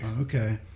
okay